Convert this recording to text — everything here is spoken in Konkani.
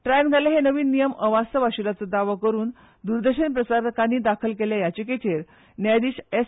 ट्रायन घाल्ले हे नवीन नियम अवास्तव आशिल्ल्याचो दावो करुन द्रदर्शन प्रसारकांनी दाखल केल्ल्या याचिकेचेर न्यायाधिश एस